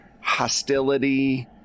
hostility